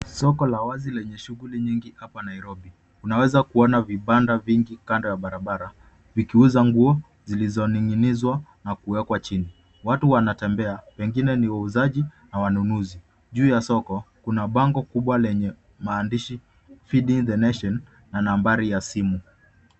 Soko la wazi lenye shuguli nyingi hapa Nairobi, tunaweza kuona vibanda vingi kando ya barabara vikiuza nguo zilizoning'inizwa na kuwekwa chini, watu wanatembea wengine ni wauzaji na wanunuzi, juu ya soko kuna bango kubwa lenye maandishi Feeding the Nation na nambari ya simu.